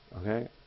Okay